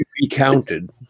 recounted